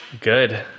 Good